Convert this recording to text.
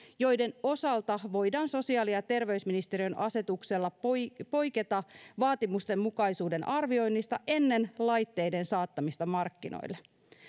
joiden osalta voidaan sosiaali ja terveysministeriön asetuksella poiketa poiketa vaatimustenmukaisuuden arvioinnista ennen laitteiden saattamista markkinoille